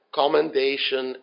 commendation